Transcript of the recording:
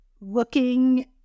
looking